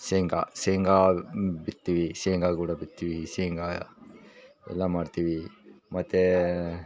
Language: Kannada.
ಶೇಂಗಾ ಶೇಂಗಾ ಬಿತ್ತೀವಿ ಶೇಂಗಾ ಕೂಡ ಬಿತ್ತತೀವಿ ಶೇಂಗಾ ಎಲ್ಲ ಮಾಡ್ತೀವಿ ಮತ್ತು